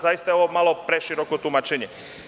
Zaista je ovo malo preširoko tumačenje.